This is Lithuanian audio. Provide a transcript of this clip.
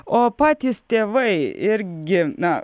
o patys tėvai irgi na